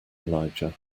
elijah